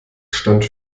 stand